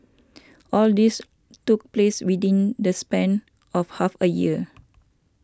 all this took place within the span of half a year